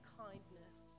kindness